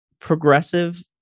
progressive